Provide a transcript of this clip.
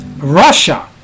Russia